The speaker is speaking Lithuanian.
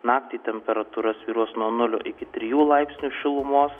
naktį temperatūra svyruos nuo nulio iki trijų laipsnių šilumos